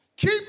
Keep